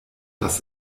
dass